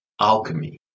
alchemy